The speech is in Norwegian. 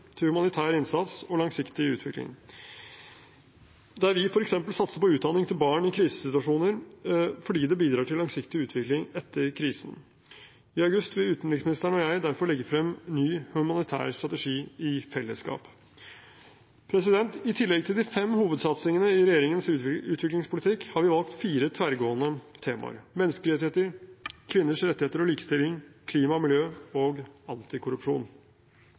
til humanitær innsats og langsiktig utvikling, der vi f.eks. satser på utdanning til barn i krisesituasjoner – fordi det bidrar til langsiktig utvikling etter krisen. I august vil utenriksministeren og jeg derfor legge frem ny humanitær strategi i fellesskap. I tillegg til de fem hovedsatsingene i regjeringens utviklingspolitikk har vi valgt fire tverrgående temaer: menneskerettigheter kvinners rettigheter og likestilling klima og miljø antikorrupsjon